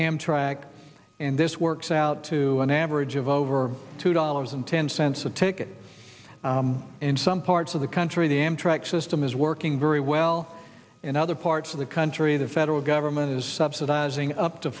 amtrak and this works out to an average of over two dollars and ten cents a ticket in some parts of the country the amtrak system is working very well in other parts of the country the federal government is subsidizing up to